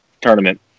tournament